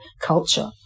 culture